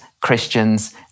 Christians